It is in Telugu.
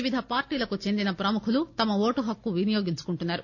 వివిధ పార్లీలకు చెందిన ప్రముఖులు తమ ఓటు హక్కును వినియోగించుకున్నారు